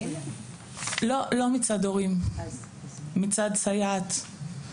לא, זה לא היה מצד הורים, מצד סייעת.